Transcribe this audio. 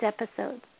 episodes